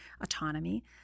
autonomy—